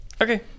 Okay